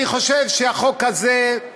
אני חושב שהחוק הזה,